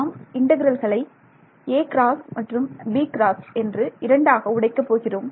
நாம் இன்டெக்ரல்களை a மற்றும் b என்று இரண்டாக உடைக்க போகிறோம்